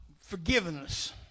forgiveness